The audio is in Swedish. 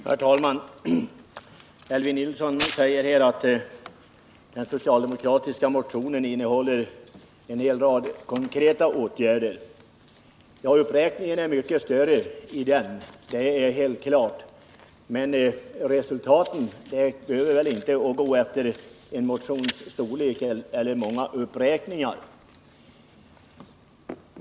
Herr talman! Elvy Nilsson säger att den socialdemokratiska motionen innehåller en hel rad konkreta förslag till åtgärder. Uppräkningen av åtgärder är mycket längre i den motionen — det är helt klart. Men resultatet behöver inte gå efter en motions storlek eller dess många uppräkningar.